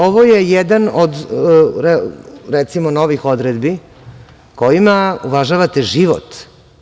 Ovo je jedan od novih odredbi kojima uvažavate život.